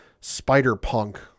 Spider-Punk